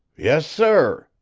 yes, sir,